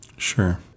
Sure